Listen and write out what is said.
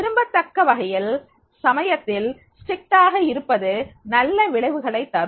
விரும்பத்தக்க வகையில் சமயத்தில் கண்டிப்பாக இருப்பது நல்ல விளைவுகளை தரும்